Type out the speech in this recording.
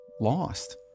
lost